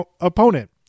opponent